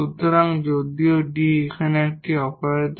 সুতরাং যদিও D এখানে একটি অপারেটর